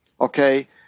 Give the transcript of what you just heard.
okay